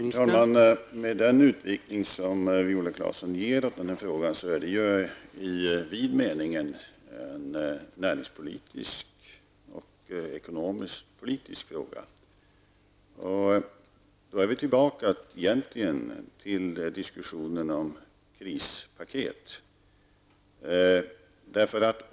Herr talman! Med den utvidgning som Viola Claesson gör i denna fråga är det i vid mening en näringspolitisk och ekonomisk-politisk fråga. Då är vi egentligen tillbaka till diskussionen om krispaketet.